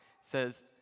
says